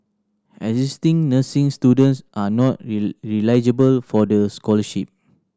existing nursing students are not eligible for the scholarship